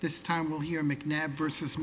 this time of year mcnabb versus